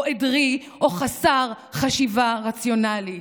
או עדרי או חסר חשיבה רציונלית.